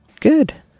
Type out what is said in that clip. Good